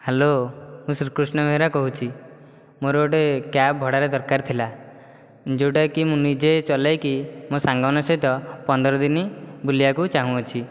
hello ମୁଁ ଶ୍ରୀକୃଷ୍ଣ ବେହେରା କହୁଛି ମୋର ଗୋଟିଏ କ୍ୟାବ୍ ଭଡ଼ାରେ ଦରକାର ଥିଲା ଯେଉଁଟାକି ମୁଁ ନିଜେ ଚଲେଇକି ମୋ ସାଙ୍ଗମାନଙ୍କ ସହିତ ପନ୍ଦରଦିନ ବୁଲିବାକୁ ଚାହୁଁଅଛି